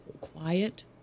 quiet